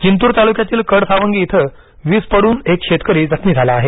जिंतूर तालुक्यातील कडसावंगी इथं वीज पड्रन एक शेतकरी जखमी झाला आहे